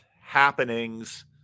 happenings